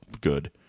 good